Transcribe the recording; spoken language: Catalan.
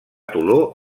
toló